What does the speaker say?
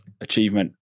achievement